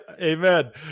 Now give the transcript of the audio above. Amen